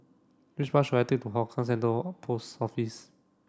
which bus should I take to Hougang Central of Post Office